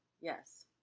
Yes